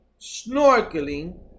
snorkeling